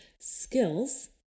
skills